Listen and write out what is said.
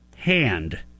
hand